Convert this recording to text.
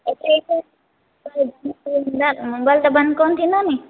न मोबाइल त बंदि कोन्ह थींदो नी